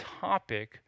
topic